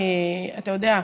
אתה יודע,